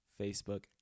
facebook